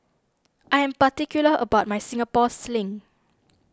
I am particular about my Singapore Sling